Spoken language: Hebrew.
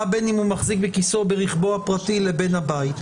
מה בין אם הוא מחזיק בכיסו או ברכבו הפרטי לבין הבית?